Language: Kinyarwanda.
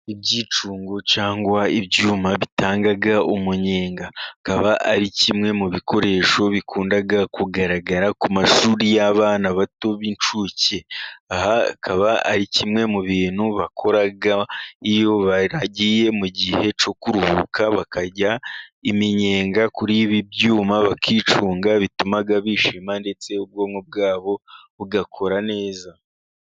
Ibyicungo cyangwa ibyuma bitanga umunyenga akaba ari kimwe mu bikoresho bikunda kugaragara ku mashuri y'abana bato b'incuke, akaba ari kimwe mu bintu bakora iyo bagiye mu gihe cyo kuruhuka bakarya iminyenga kuri ibi byuma bakicunga bituma bishima ndetse ubwonko bwabo bugakora neza.